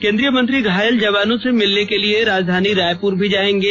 केन्द्रीय मंत्री घायल जवानों से मिलने के लिए राजधानी रायपुर भी जायेंगे